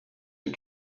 and